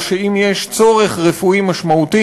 או שאם יש צורך רפואי משמעותי,